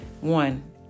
One